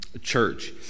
church